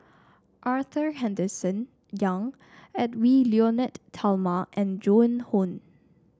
Arthur Henderson Young Edwy Lyonet Talma and Joan Hon